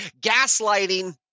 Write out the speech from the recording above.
gaslighting –